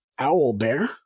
Owlbear